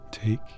Take